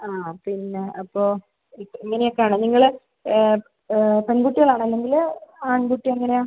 ആ പിന്നെ അപ്പോൾ ഇങ്ങനെ ഒക്കെയാണ് നിങ്ങൾ പെൺകുട്ടികളാണോ അല്ലെങ്കിൽ ആൺകുട്ടി എങ്ങനെയാണ്